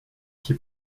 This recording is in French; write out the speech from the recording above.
qui